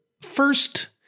first